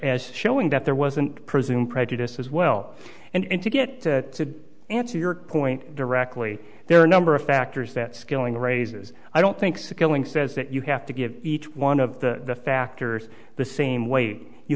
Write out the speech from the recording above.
as showing that there wasn't presumed prejudice as well and to get to answer your point directly there are a number of factors that skilling raises i don't think skilling says that you have to give each one of the factors the same w